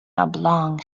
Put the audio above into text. oblong